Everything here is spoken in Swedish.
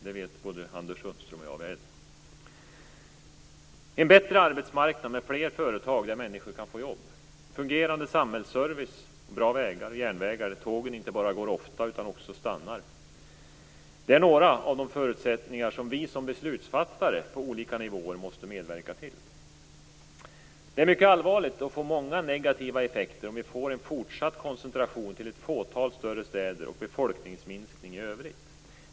Det vet både Anders Sundström och jag väl. En bättre arbetsmarknad med fler företag där människor kan få jobb, fungerande samhällsservice, bra vägar och järnvägar med tåg som inte bara går ofta utan också stannar, är några av de förutsättningar som vi som beslutsfattare på olika nivåer måste medverka till. Det är allvarligt och får många negativa effekter om det blir en fortsatt koncentration till ett fåtal större städer och befolkningsminskning i övrigt.